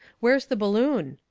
where's the balloon?